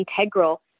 integral